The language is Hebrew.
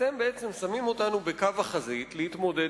אתם בעצם שמים אותנו בקו החזית להתמודד